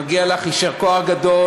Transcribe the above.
מגיע לך יישר כוח גדול,